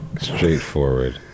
Straightforward